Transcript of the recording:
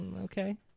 Okay